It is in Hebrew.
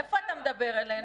מאיפה אתה מדבר אלינו?